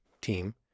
team